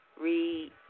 read